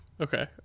Okay